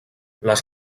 les